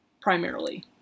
primarily